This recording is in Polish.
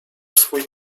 swój